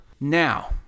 Now